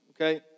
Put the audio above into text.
okay